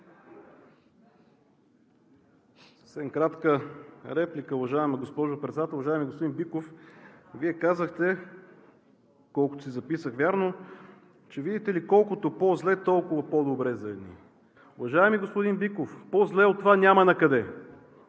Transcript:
Съвсем кратка реплика. Уважаема госпожо Председател! Уважаеми господин Биков, Вие казахте, доколкото си записах вярно, че, видите ли, колкото по зле, толкова по-добре за едни. Уважаеми господин Биков, по-зле от това няма накъде.